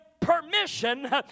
permission